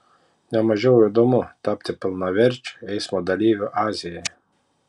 ne mažiau įdomu tapti pilnaverčiu eismo dalyviu azijoje